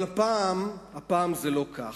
אבל הפעם, הפעם זה לא כך.